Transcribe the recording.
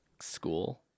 school